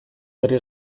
herri